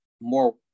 more